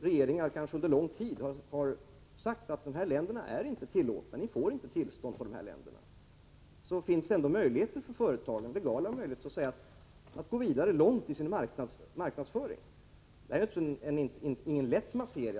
regeringarna helt klart har sagt, att företagen inte får tillstånd att sälja till dem, är det otillfredsställande att det ändå finns legala möjligheter för företagen att gå mycket långt i sin marknadsföring. Detta är naturligtvis ingen lätt materia.